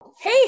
Hey